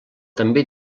també